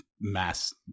mass